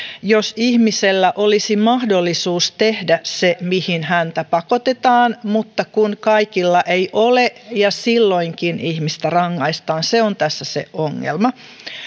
jos ihmisellä olisi mahdollisuus tehdä se mihin häntä pakotetaan mutta kun kaikilla ei ole ja silloinkin ihmistä rangaistaan se on tässä se ongelma